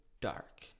dark